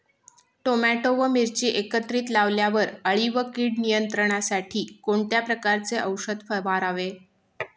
Tomato व मिरची एकत्रित लावल्यावर अळी व कीड नियंत्रणासाठी कोणत्या प्रकारचे औषध फवारावे?